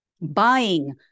buying